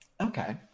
Okay